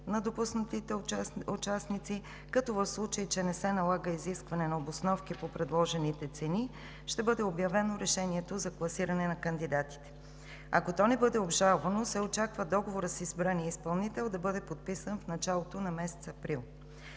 на допуснатите участници и, в случай че не се налага изискване на обосновки по предложените цени, ще бъде обявено решението за класиране на кандидатите. Ако то не бъде обжалвано, се очаква договорът с избрания изпълнител да бъде подписан в началото на месец април.